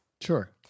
Sure